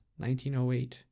1908